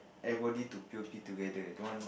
everybody to p_o_p together don't want